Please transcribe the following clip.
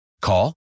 Call